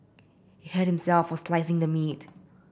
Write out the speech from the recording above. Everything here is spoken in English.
he hurt himself while slicing the meat